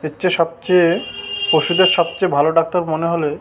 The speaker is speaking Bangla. এর চেয়ে সবচেয়ে পশুধের সবচেয়ে ভালো ডাক্তার মনে হলে